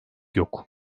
yok